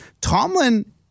Tomlin